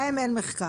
להם אין מחקר.